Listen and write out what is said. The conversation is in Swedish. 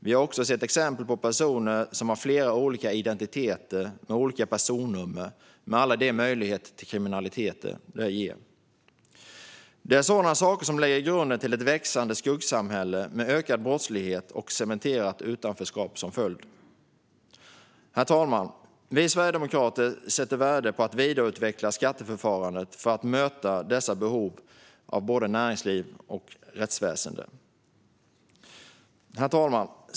Vi har också sett exempel på att personer har flera olika identiteter och olika personnummer med alla de möjligheter till kriminalitet som det ger. Sådana saker lägger grunden för ett växande skuggsamhälle med ökad brottslighet och cementerat utanförskap som följd. Vi sverigedemokrater sätter värde på att vidareutveckla skatteförfarandet för att möta dessa behov hos både näringsliv och rättsväsen. Herr talman!